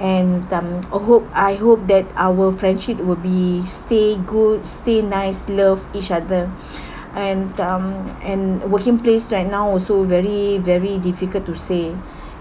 and um I hope I hope that our friendship will be stay good stay nice love each other and um and working place right now also very very difficult to stay